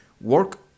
work